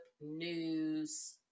news